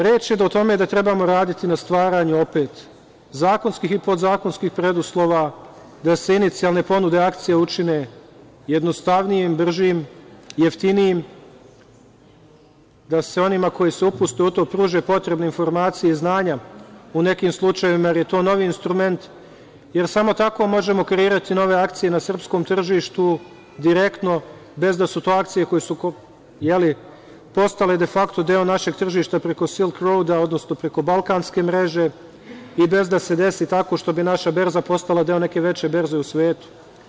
Reč je o tome da trebamo raditi na stvaranju zakonskih i podzakonskih preduslova, da se inicijalne ponude akcija učine jednostavnijim, bržim, jeftinijim, da se onima koji se upuste u to pruže potrebne informacije i znanja, u nekim slučajevima jer je to novi instrument, jer samo tako možemo kreirati nove akcije na srpskom tržištu, direktno, bez da su to akcije koje su postale defakto deo našeg tržišta, preko silkroad-a, odnosno preko balkanske mreže i bez da se desi tako što bi naša berza postala deo neke veće berze u svetu.